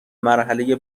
مرحله